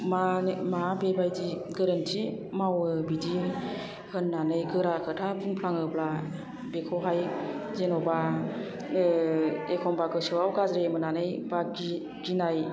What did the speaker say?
मा मा बेबायदि गोरोन्थि मावो बिदि होननानै गोरा खोथा बुंफ्लाङोब्ला बेखौहाय जेन'बा एखनबा गोसोयाव गाज्रि होनानै एबा गिनाय